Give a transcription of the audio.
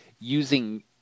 using